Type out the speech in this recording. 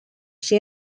she